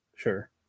Sure